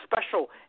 special